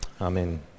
Amen